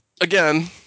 again